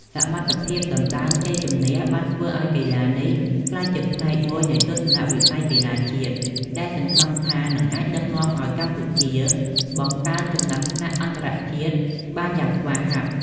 សមត្ថភាពដណ្តើមជ័យជម្នះបានធ្វើឲ្យកីឡានេះក្លាយជាផ្នែកមួយនៃទស្សនវិស័យកីឡាជាតិដែលសង្ឃឹមថានឹងអាចដឹកនាំឲ្យកម្ពុជាបង្កើនចំណាត់ថ្នាក់អន្តរជាតិបានយ៉ាងស្វាហាប់។